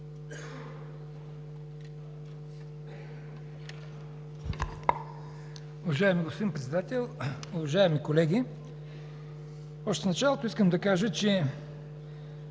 Уважаеми господин Председател, уважаеми колеги! Още в началото искам да кажа, че